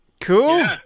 Cool